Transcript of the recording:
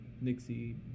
Nixie